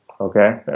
okay